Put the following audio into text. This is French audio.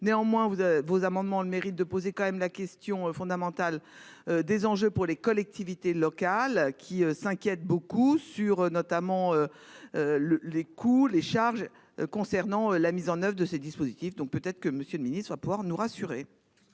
avez vos amendements le mérite de poser quand même la question fondamentale des enjeux pour les collectivités locales qui s'inquiète beaucoup sur notamment. Le les coûts, les charges concernant la mise en oeuvre de ces dispositifs donc peut-être que Monsieur le Ministre, pouvoir nous rassurer.